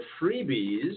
freebies